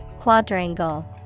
Quadrangle